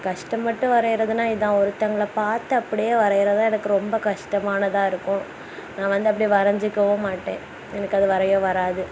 கஸ்டப்பட்டு வரையிறதுனால் இதுதான் ஒருத்தங்கவள பார்த்து அப்படியே வரைகிறது தான் எனக்கு ரொம்ப கஸ்டமானதாக இருக்கும் நான் வந்து அப்படியே வரைஞ்சிக்கவும் மாட்டேன் எனக்கு அது வரைய வராது